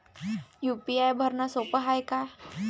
UPI भरनं सोप हाय का?